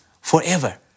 forever